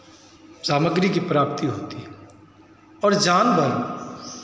सामग्री की प्राप्ति होती है और जानवर